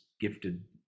gifted